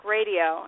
Radio